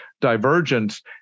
divergence